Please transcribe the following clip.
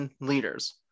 leaders